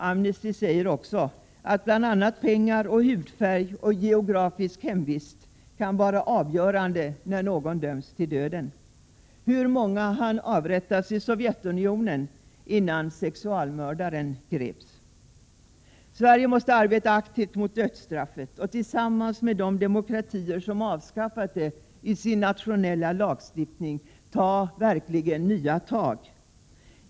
Man säger också att bl.a. pengar och hudfärg samt geografisk hemvist kan vara avgörande när någon döms till döden. Hur många hann avrättas i Sovjetunionen innan sexualmördaren greps? Sverige måste arbeta aktivt mot dödsstraffet och tillsammans med de demokratier som avskaffat det i sin nationella lagstiftning ta nya tag.